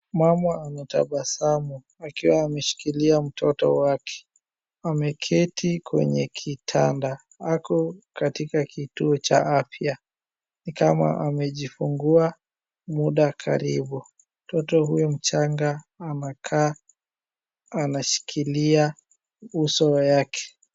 Mama anatabasamu akiwa anashikilia mtoto wake, ameketi kwenye kitanda ,ako katika kituo cha afya, ni kama amejifungua muda karibu. Mtoto huyo mchanga anakaa anashikilia uso yake.